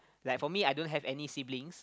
like for me I don't have any siblings